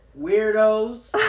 Weirdos